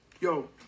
Yo